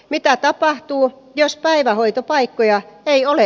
mitä tapahtuu jos päivähoitopaikkoja ei ole